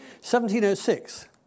1706